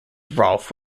rolfe